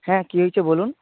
হ্যাঁ কি হয়েছে বলুন